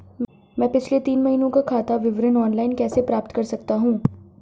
मैं पिछले तीन महीनों का खाता विवरण ऑनलाइन कैसे प्राप्त कर सकता हूं?